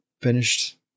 finished